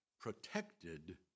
protected